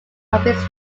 his